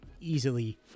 easily